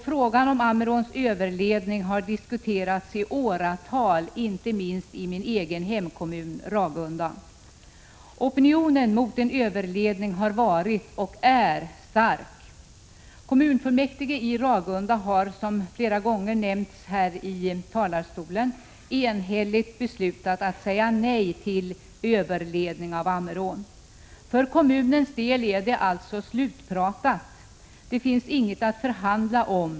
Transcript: Frågan om Ammeråns överledning har diskuterats i åratal, inte minst i min egen hemkommun, Ragunda. Opinionen mot en överledning har varit och är stark. Kommunfullmäktige i Ragunda har, som flera gånger har nämnts härifrån talarstolen, enhälligt beslutat att säga nej till en överledning. För kommunens del är det alltså slutpratat. Det finns inget att förhandla om.